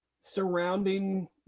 surrounding